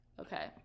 Okay